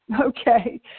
Okay